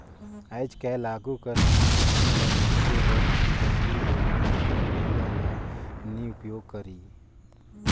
आएज काएल आघु कस धान पान ल मिसे बर दउंरी, बेलना, गाड़ी बइला ल नी उपियोग करे